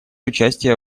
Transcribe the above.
участие